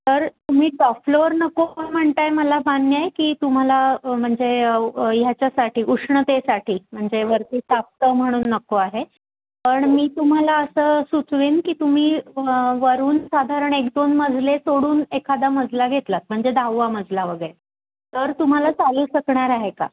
तर तुम्ही top floor नको म्हणत आहे मला मान्य आहे की तुम्हाला म्हणजे व ह्याच्यासाठी उष्णतेसाठी म्हणजे वरती तापतं म्हणून नको आहे पण मी तुम्हाला असं सुचवेन की तुम्ही व वरून साधारण एक दोन मजले सोडून एखादा मजला घेतलात म्हणजे दहावा मजला वगैरे तर तुम्हाला चालू शकणार आहे का